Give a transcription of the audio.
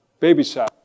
babysat